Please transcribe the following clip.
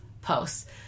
posts